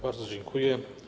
Bardzo dziękuję.